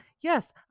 Yes